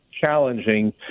challenging